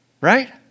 Right